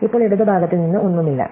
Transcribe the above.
ഇപ്പോൾ ഇടതുഭാഗത്ത് നിന്ന് ഒന്നുമില്ല